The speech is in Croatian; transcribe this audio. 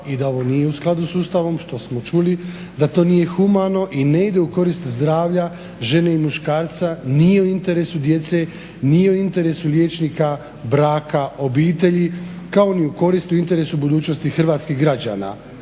i da ovo nije u skladu s Ustavom, što smo čuli da to nije humano i ne ide u korist zdravlja žene i muškarca, nije u interesu djece, nije u interesu liječnika, braka, obitelji kao ni u korist u interesu budućnosti hrvatskih građana,